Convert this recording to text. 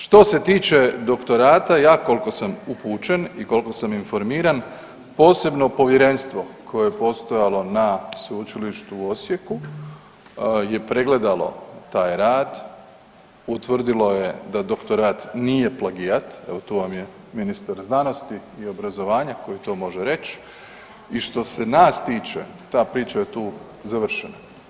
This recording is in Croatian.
Što se tiče doktorata, ja koliko sam upućen i koliko sam informiran, posebno povjerenstvo koje je postojalo na Sveučilištu u Osijeku je pregledalo taj rad, utvrdilo je da doktorat nije plagijat evo tu vam je ministar znanosti i obrazovanja koji to može reć i što se nas tiče ta priča je tu završena.